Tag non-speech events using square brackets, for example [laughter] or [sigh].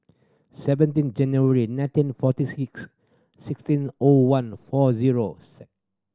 seventeen January nineteen forty six sixteen O one four zero [unintelligible]